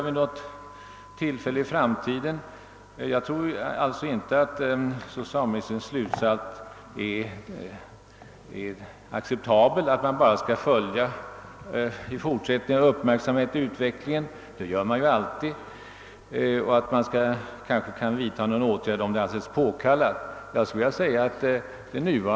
Jag anser det inte acceptabelt att endast — som socialministern sade i slutet av svaret — låta socialstyrelsen uppmärksamt följa utvecklingen på området och vidtaga de åtgärder som kan anses påkallade. På det sättet gör man ju alltid.